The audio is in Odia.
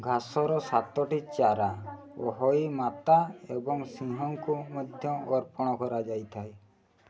ଘାସର ସାତଟି ଚାରା ଅହୋଇ ମାତା ଏବଂ ସିଂହଙ୍କୁ ମଧ୍ୟ ଅର୍ପଣ କରାଯାଇଥାଏ